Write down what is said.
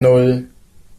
nan